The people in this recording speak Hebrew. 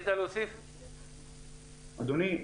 אדוני,